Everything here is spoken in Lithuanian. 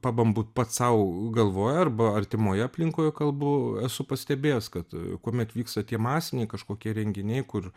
pabambu pats sau galvoj arba artimoj aplinkoj kalbu esu pastebėjęs kad kuomet vyksta tie masiniai kažkokie renginiai kur